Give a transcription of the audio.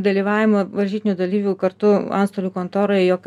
dalyvavimo varžytinių dalyvių kartu antstolių kontoroje jog